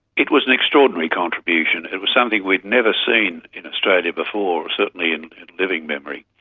it was an extraordinary contribution, it was something we'd never seen in australia before, certainly in living memory.